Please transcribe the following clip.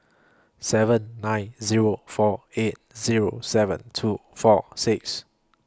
seven nine Zero four eight Zero seven two four six